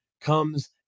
comes